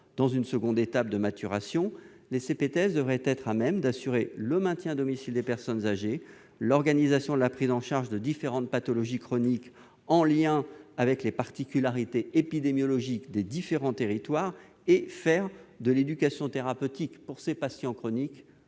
Dans une seconde phase de maturation, elles devraient être à même d'assurer le maintien à domicile des personnes âgées, l'organisation de la prise en charge de différentes pathologies chroniques liées aux particularités épidémiologiques des différents territoires et de faire de l'éducation thérapeutique à destination de ces patients chroniques-